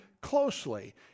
closely